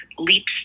leaps